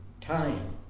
time